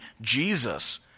Jesus